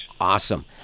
Awesome